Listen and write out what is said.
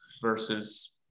versus